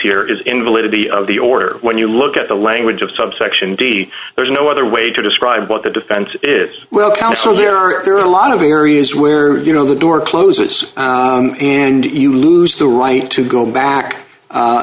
here is in validity of the order when you look at the language of subsection d there's no other way to describe what the defense is well counsel there are there are a lot of areas where you know the door closes and you lose the right to go back